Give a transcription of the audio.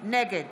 נגד